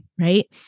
right